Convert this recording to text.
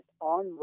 on